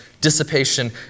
dissipation